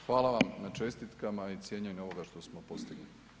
Hvala vam na čestitkama i cijenjenju ovoga što smo postigli.